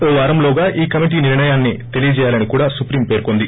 ఓ వారంలోగా ఈ కమిటీ నిర్ణయాన్ని తెలియజేయాలని కూడా సుప్రీం పేర్కొంది